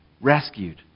rescued